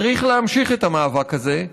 צריך להמשיך את המאבק הזה,